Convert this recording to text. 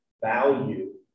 value